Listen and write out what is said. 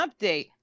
update